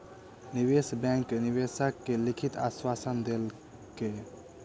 निवेश बैंक निवेशक के लिखित आश्वासन देलकै